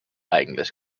eigentlich